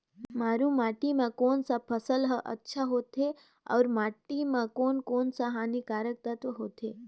मारू माटी मां कोन सा फसल ह अच्छा होथे अउर माटी म कोन कोन स हानिकारक तत्व होथे?